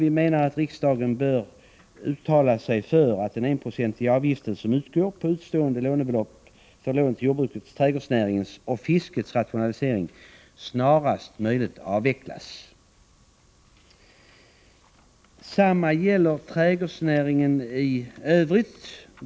Vi menar att riksdagen bör uttala sig för att 1-procentsavgiften som utgår på utestående lånebelopp för lån till jordbrukets, trädgårdsnäringens och fiskets rationalisering snarast möjligt bör avvecklas. Detsamma gäller trädgårdsnäringen i övrigt.